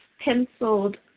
penciled